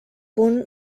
punt